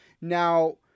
Now